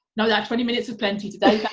no, that twenty minutes is plenty today,